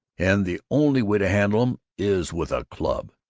and the only way to handle em is with a club!